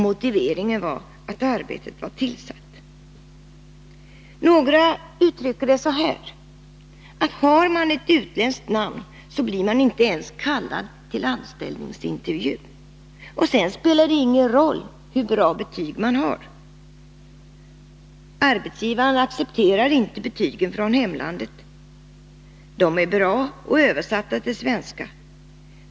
Motiveringen var att arbetet var tillsatt.” Några uttryckte det så här: ”Har man ett utländskt namn, så blir man inte ens kallad till anställningsintervju. Sedan spelar det ingen roll hur bra betyg man har. Arbetsgivarna accepterar inte betygen från hemlandet. De är bra och översatta till svenska.